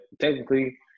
technically